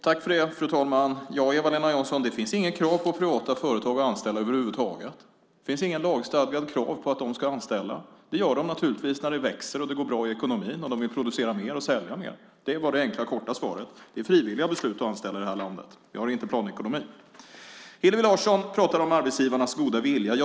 Fru talman! Det finns inget krav, Eva-Lena Jansson, för privata företag att anställa över huvud taget. Det finns inget lagstadgat krav på att de ska anställa. Det gör de naturligtvis när företagen växer och det går bra i ekonomin, och de vill producera mer och sälja mer. Det är det enkla korta svaret. Det är frivilliga beslut att anställa i det här landet. Vi har inte planekonomi. Hillevi Larsson pratar om arbetsgivarnas goda vilja.